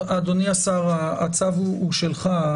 אדוני השר, הצו הוא שלך.